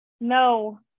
No